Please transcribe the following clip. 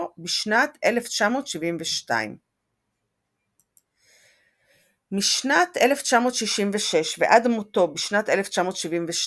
בשנת 1972. משנת 1966 ועד מותו בשנת 1972,